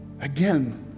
Again